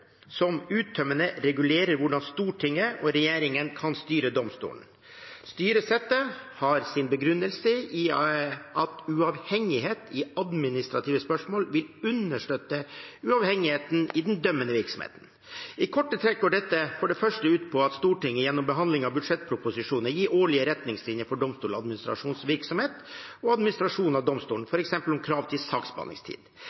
som uttømmende regulerer hvordan Stortinget og regjeringen kan styre domstolene. Styresettet har sin begrunnelse i at uavhengighet i administrative spørsmål vil understøtte uavhengigheten i den dømmende virksomheten. I korte trekk går dette for det første ut på at Stortinget gjennom behandling av budsjettproposisjonen gir årlige retningslinjer for Domstoladministrasjonens virksomhet og administrasjon av